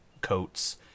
coats